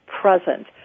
present